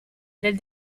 del